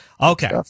Okay